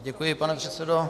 Děkuji, pane předsedo.